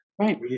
right